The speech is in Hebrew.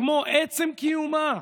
זה לשנים קדימה.